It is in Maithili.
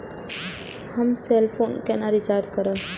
हम सेल फोन केना रिचार्ज करब?